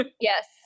yes